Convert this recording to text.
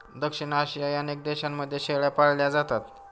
दक्षिण आशियासह अनेक देशांमध्ये शेळ्या पाळल्या जातात